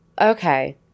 okay